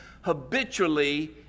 habitually